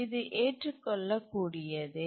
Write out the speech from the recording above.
இது ஏற்றுக் கொள்ளக்கூடியதே